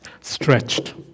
stretched